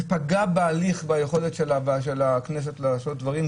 זה פגע בהליך וביכולת של הכנסת לעשות דברים,